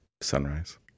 Sunrise